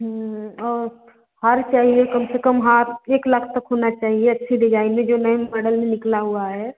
और हार चाहिए कम से कम हार एक लाख तक होना चाहिए अच्छी डिजाइन में जो नए मॉडल में निकला हुआ है